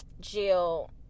Jill